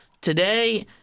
today